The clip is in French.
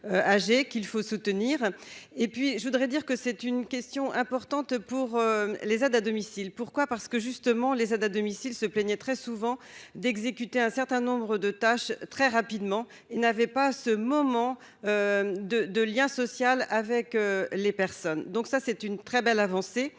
qu'il faut soutenir et puis je voudrais dire que c'est une question importante pour les aides à domicile, pourquoi, parce que justement les aides à domicile, se plaignait très souvent d'exécuter un certain nombre de tâches très rapidement, il n'avait pas à ce moment de de lien social avec les personnes, donc ça c'est une très belle avancée,